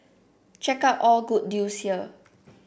check out all good deals here